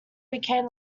became